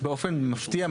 באופן מפתיע,